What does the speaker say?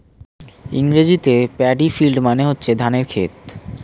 ইংরেজিতে paddy field মানে হচ্ছে ধানের ক্ষেত